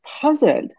puzzled